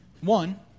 One